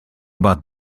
about